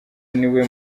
niwe